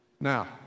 Now